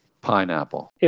Pineapple